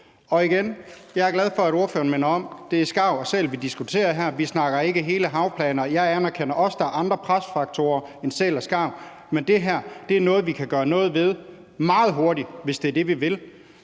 løst. Jeg er glad for, at ordføreren igen minder om, at det er skarv og sæl, vi diskuterer her. Vi snakker ikke hele havplaner. Jeg anerkender også, at der er andre presfaktorer end sæl og skarv, men det her er noget, vi kan gøre noget ved meget hurtigt, hvis det er det, vi vil.